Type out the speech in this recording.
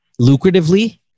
lucratively